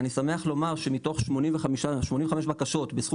אני שמח לומר שמתוך 85 בקשות בסכום